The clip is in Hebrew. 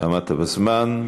עמדת בזמן.